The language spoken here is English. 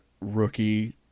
rookie